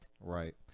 right